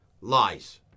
lies